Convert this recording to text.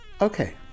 Okay